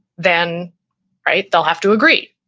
then right, they'll have to agree.